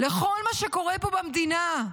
לכל מה שקורה פה במדינה.